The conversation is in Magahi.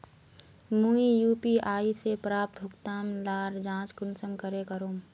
मुई यु.पी.आई से प्राप्त भुगतान लार जाँच कुंसम करे करूम?